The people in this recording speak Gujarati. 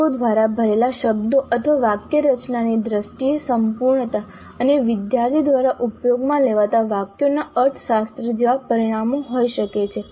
લોકો દ્વારા ભરેલા શબ્દો અથવા વાક્યરચનાની દ્રષ્ટિએ સંપૂર્ણતા અને વિદ્યાર્થી દ્વારા ઉપયોગમાં લેવાતા વાક્યોના અર્થશાસ્ત્ર જેવા પરિમાણો હોઈ શકે છે